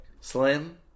Slim